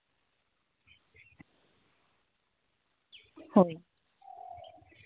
ᱦᱳᱭ